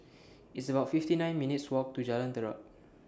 It's about fifty nine minutes' Walk to Jalan Terap